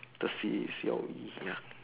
the C C_O_E ya